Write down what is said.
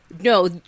No